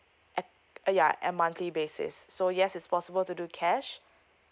at~ uh ya at monthly basis so yes it's possible to do cash